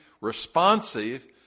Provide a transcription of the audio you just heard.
responsive